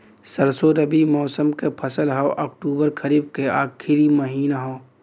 सरसो रबी मौसम क फसल हव अक्टूबर खरीफ क आखिर महीना हव